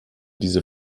diese